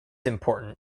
important